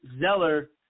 Zeller